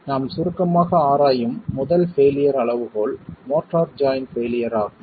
எனவே நாம் சுருக்கமாக ஆராயும் முதல் பெயிலியர் அளவுகோல் மோட்டார் ஜாய்ண்ட் பெயிலியர் ஆகும்